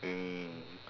mm